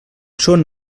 són